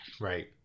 Right